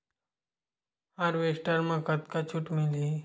Harvester म कतका छूट मिलही?